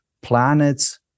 planets